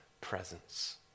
presence